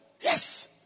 Yes